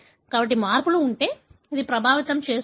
కాబట్టి మార్పులు ఉంటే అది ప్రభావితం చేస్తుందా